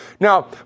Now